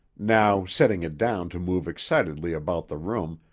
now setting it down to move excitedly about the room,